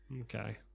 Okay